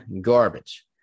garbage